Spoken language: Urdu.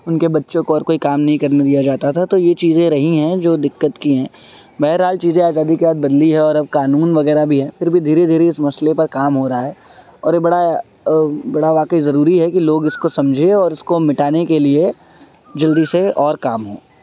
ان کے بچوں کو اور کوئی کام نہیں کرنے دیا جاتا تھا تو یہ چیزیں رہی ہیں جو دقت کی ہیں بہرحال چیزیں آزادی کے بعد بدلی ہے اور اب قانون وغیرہ بھی ہیں پھر بھی دھیرے دھیرے اس مسئلے پر کام ہو رہا ہے اور یہ بڑا بڑا واقعی ضروری ہے کہ لوگ اس کو سمجھیں اور اس کو مٹانے کے لیے جلدی سے اور کام ہوں